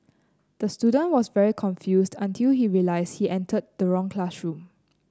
the student was very confused until he realised he entered the wrong classroom